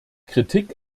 kritik